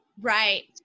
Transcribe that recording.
right